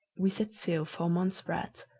we set sail for montserrat.